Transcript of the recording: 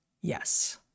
Yes